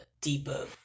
deeper